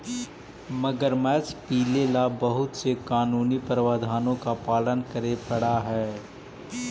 मगरमच्छ पीले ला बहुत से कानूनी प्रावधानों का पालन करे पडा हई